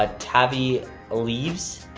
ah tavi alees.